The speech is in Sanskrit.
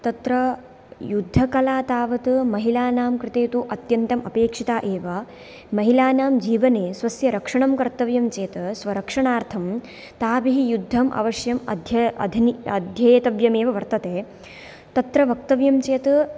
तत्र युद्धकला तावत् महिलानां कृते तु अत्यन्तम् अपेक्षिता एव महिलानां जीवने स्वस्य रक्षणं कर्तव्यं चेत् स्वरक्षणार्थं ताभिः युद्धम् अवश्यम् अध्येतव्यमेव वर्तते तत्र वक्तव्यं चेत्